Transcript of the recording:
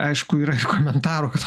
aišku yra komentarų kad